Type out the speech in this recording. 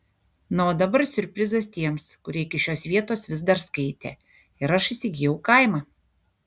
na o dabar siurprizas tiems kurie iki šios vietos vis dar skaitė ir aš įsigijau kaimą